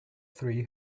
three